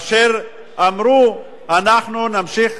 אמרו: אנחנו נמשיך